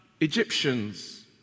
Egyptians